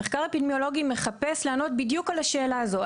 המחקר האפידמיולוגי מחפש לענות בדיוק על השאלה הזו,